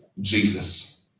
Jesus